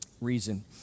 reason